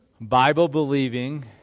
Bible-believing